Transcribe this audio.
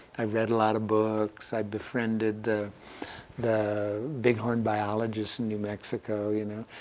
i read a lot of books. i befriended the the big horn biologist in new mexico, you know.